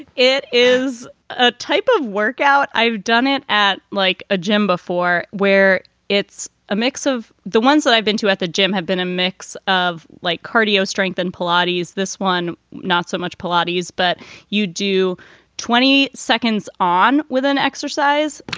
it it is a type of workout. i've done it at like a gym before where it's a mix of the ones that i've been to at the gym have been a mix of like cardio strengthen palardy is this one. not so much palardy is, but you do twenty seconds on with an exercise